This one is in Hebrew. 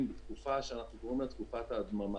בתקופה שאנחנו קוראים לה תקופת ההדממה,